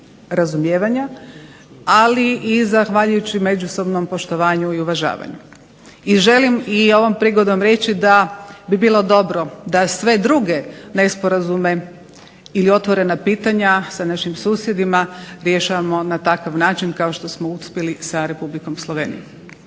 razumijevanja. Ali i zahvaljujući međusobnom poštovanju i uvažavanju. I želim i ovom prigodom reći da bi bilo dobro da sve druge nesporazume ili otvorena pitanja sa našim susjedima rješavamo na takav način kao što smo uspjeli sa Republikom Slovenijom.